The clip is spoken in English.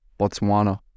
Botswana